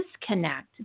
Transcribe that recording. disconnect